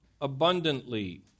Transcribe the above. abundantly